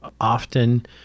often